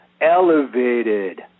elevated